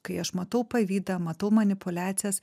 kai aš matau pavydą matau manipuliacijas